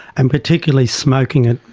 and particularly smoking it.